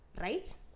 Right